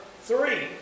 three